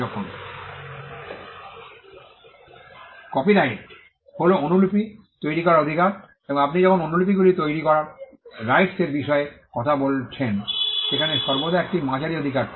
কারণ কপিরাইট হল অনুলিপি তৈরি করার অধিকার এবং আপনি যখন অনুলিপিগুলি তৈরি করার রাইটস এর বিষয়ে কথা বলছেন সেখানে সর্বদা একটি মাঝারি অধিকার থাকে